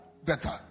better